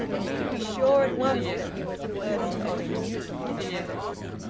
you could be sure at once that he was a person of immutable habits.